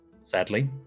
Sadly